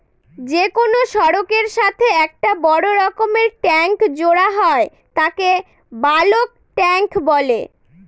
যে কোনো সড়কের সাথে একটা বড় রকমের ট্যাংক জোড়া হয় তাকে বালক ট্যাঁক বলে